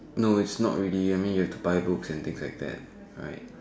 no it's not really I mean you have to buy books and things like that alright